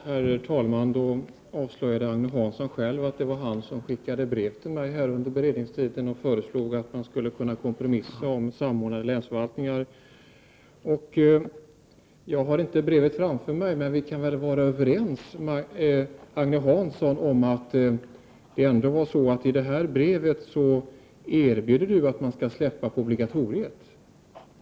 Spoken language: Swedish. Herr talman! Agne Hansson avslöjade nu själv att han skickade brev till mig under beredningstiden och föreslog att man skulle kunna kompromissa om samordnade länsförvaltningar. Jag har inte brevet framför mig, men vi kan väl vara överens, Agne Hansson, om att brevet innehöll ett förslag om att man skulle kunna släppa på obligatoriet.